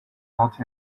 not